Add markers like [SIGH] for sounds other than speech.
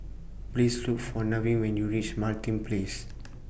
Please Look For Nevin when YOU REACH Martin Place [NOISE]